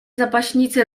zapaśnicy